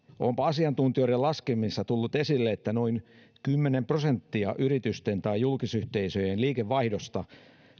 onpa asiantuntijoiden laskelmissa tullut esille että noin kymmenen prosenttia yritysten tai julkisyhteisöjen liikevaihdosta